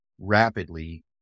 rapidly